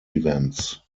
events